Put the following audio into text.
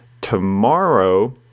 Tomorrow